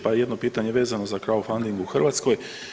Pa, jedno pitanje vezano za crowdfunding u Hrvatskoj.